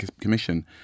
commission